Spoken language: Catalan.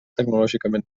tecnològicament